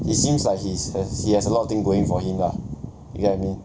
it seems like he has he has a lot of things going for him lah you get what I mean